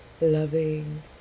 loving